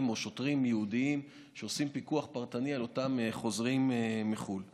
או שוטרים ייעודיים שעושים פיקוח פרטני על אותם חוזרים מחו"ל.